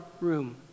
room